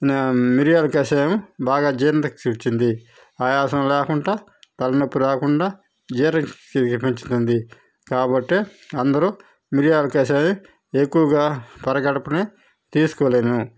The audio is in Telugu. మిరియాల కషాయం బాగా జీర్ణశక్తి ఇస్తుంది ఆయాసం లేకుండా తలనొప్పి రాకుండా జీర్ణశక్తిని పెంచుతుంది కాబట్టి అందరూ మిరియాల కషాయం ఎక్కువగా పరగడపునే తీసుకొవలెను